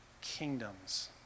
Kingdoms